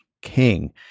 king